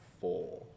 four